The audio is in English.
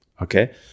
okay